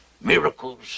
miracles